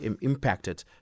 impacted